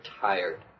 tired